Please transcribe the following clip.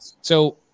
So-